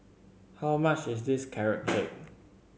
how much is this Carrot Cake